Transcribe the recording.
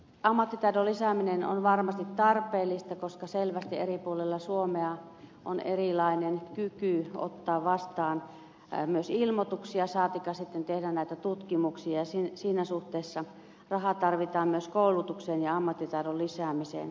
ammattitaidon lisääminen on varmasti tarpeellista koska selvästi eri puolilla suomea on erilainen kyky ottaa vastaan myös ilmoituksia saatikka sitten tehdä näitä tutkimuksia ja siinä suhteessa rahaa tarvitaan myös koulutukseen ja ammattitaidon lisäämiseen